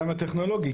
גם הטכנולוגי,